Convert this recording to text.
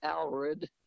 Alred